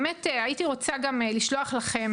הייתי רוצה לשלוח לכם,